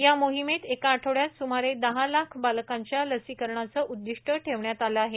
या मोहिमेत एका आठवड्यात सुमारे दहा लाख बालकांच्या लसीकरणाचं उद्दिष्ट ठेवण्यात आलं आहे